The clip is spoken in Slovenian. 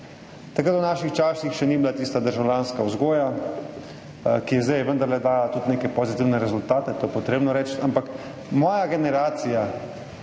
Takrat, v naših časih še ni bilo tiste državljanske vzgoje, ki je zdaj vendarle dala tudi neke pozitivne rezultate, to je treba reči, ampak moja generacija,